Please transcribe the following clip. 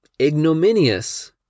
ignominious